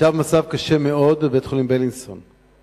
שהיה במצב קשה מאוד בבית-חולים "בילינסון";